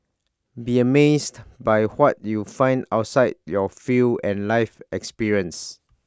be amazed by what you find outside your field and life experiences